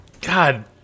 God